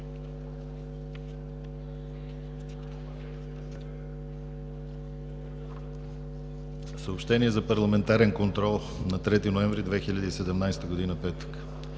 Съобщения за Парламентарен контрол на 3 ноември 2017 г., петък: